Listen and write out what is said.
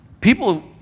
People